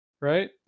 right